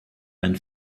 ein